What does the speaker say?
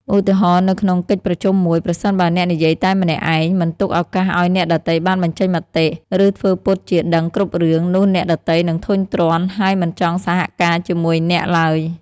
ឧទាហរណ៍ នៅក្នុងកិច្ចប្រជុំមួយ ប្រសិនបើអ្នកនិយាយតែម្នាក់ឯង មិនទុកឱកាសឲ្យអ្នកដទៃបានបញ្ចេញមតិ ឬធ្វើពុតជាដឹងគ្រប់រឿង នោះអ្នកដទៃនឹងធុញទ្រាន់ ហើយមិនចង់សហការជាមួយអ្នកឡើយ។